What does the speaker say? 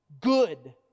Good